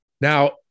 Now